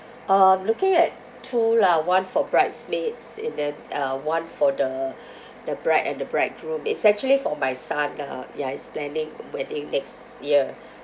uh I'm looking at two lah one for bridesmaids and then uh one for the the bride and the bridegroom it's actually for my son lah ya he's planning wedding next year